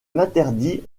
interdit